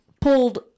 pulled